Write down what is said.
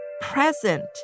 present